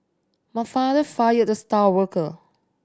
my father fired the star worker